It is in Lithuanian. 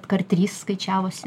kart trys skaičiavosi